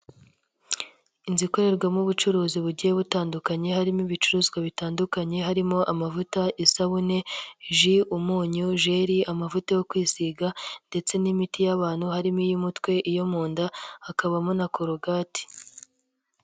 Inzu ikorerwamo ubucuruzi bugiye butandukanye harimo ibicuruzwa bitandukanye, harimo amavuta, isabune, ji, umunyu, jeri, amavuta yo kwisiga ndetse n'imiti y'abantu harimo iy'umutwe, iyo mu nda, hakabamo na korogati.